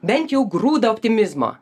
bent jau grūdą optimizmo